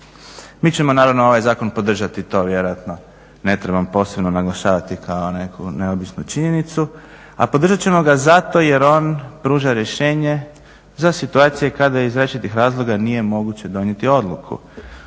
Mi ćemo naravno ovaj zakon podržati, to vjerojatno ne trebam posebno naglašavati kao neku neobičnu činjenicu, a podržat ćemo ga zato jer on pruža rješenje za situacije kada iz različitih razloga nije moguće donijeti odluku